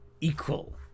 equal